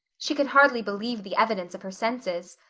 she could hardly believe the evidence of her senses.